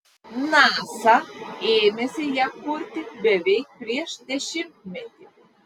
nasa ėmėsi ją kurti beveik prieš dešimtmetį